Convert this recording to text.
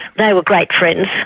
they were great friends,